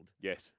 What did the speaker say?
yes